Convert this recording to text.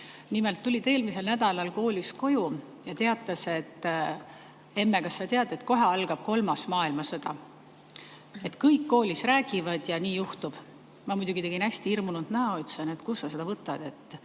Nimelt tuli ta eelmisel nädalal koolist koju ja teatas, et emme, kas sa tead, et kohe algab kolmas maailmasõda. Kõik koolis räägivad, et nii juhtub. Ma muidugi tegin hästi hirmunud näo, ütlesin, et kust sa seda võtad.